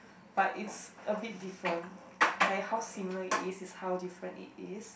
but it's a bit different like how similar it is is how different it is